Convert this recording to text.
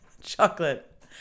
Chocolate